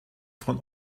von